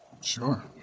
Sure